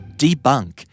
debunk